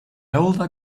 older